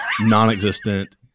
non-existent